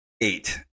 Eight